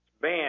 ban